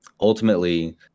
Ultimately